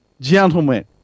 gentlemen